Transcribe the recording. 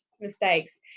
mistakes